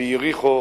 ביריחו,